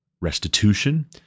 restitution